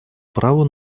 праву